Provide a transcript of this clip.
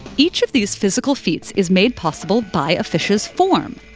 each of these physical feats is made possible by a fish's form,